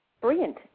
brilliant